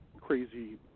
crazy